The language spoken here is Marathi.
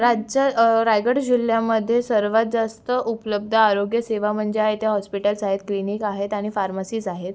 राज्यात रायगड जिल्ह्यामध्ये सर्वात जास्त उपलब्ध आरोग्यसेवा म्हणजे आहे ते हॉस्पिटल्स आहेत क्लिनिक आहेत आणि फार्मसीज आहेत